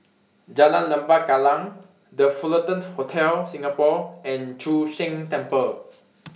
Jalan Lembah Kallang The Fullerton Hotel Singapore and Chu Sheng Temple